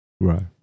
Right